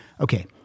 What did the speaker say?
Okay